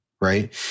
right